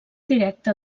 directe